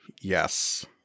Yes